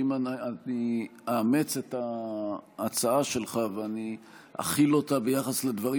שאם אני אאמץ את ההצעה שלך ואני אחיל אותה ביחס לדברים